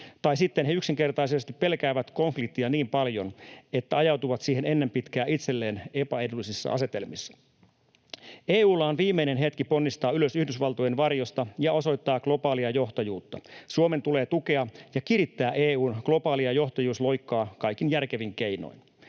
tai sitten he yksinkertaisesti pelkäävät konfliktia niin paljon, että ajautuvat siihen ennen pitkää itselleen epäedullisissa asetelmissa. EU:lla on viimeinen hetki ponnistaa ylös Yhdysvaltojen varjosta ja osoittaa globaalia johtajuutta. Suomen tulee tukea ja kirittää EU:n globaalia johtajuusloikkaa kaikin järkevin keinoin.